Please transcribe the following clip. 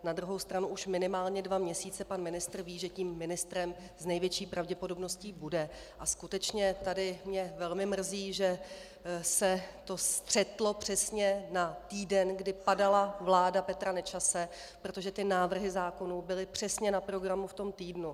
Na druhou stranu už minimálně dva měsíce pan ministr ví, že tím ministrem s největší pravděpodobností bude, a skutečně tady mě velmi mrzí, že se to střetlo přesně na týden, kdy padala vláda Petra Nečase, protože ty návrhy zákonů byly přesně na programu v tom týdnu.